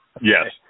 Yes